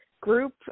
group